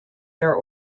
their